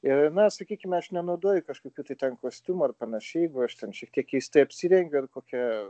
ir na sakykime aš nenaudoju kažkokių tai ten kostiumų ar panašiai jeigu aš ten šiek tiek keistai apsirengiu ir kokia